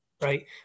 right